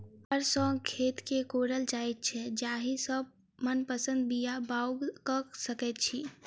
हर सॅ खेत के कोड़ल जाइत छै जाहि सॅ मनपसंद बीया बाउग क सकैत छी